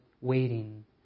waiting